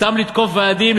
סתם לתקוף ועדים.